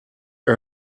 are